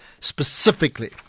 specifically